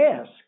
ask